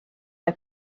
mae